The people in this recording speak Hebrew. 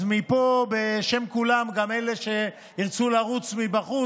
אז מפה, בשם כולם, גם אלה שירצו לרוץ מבחוץ,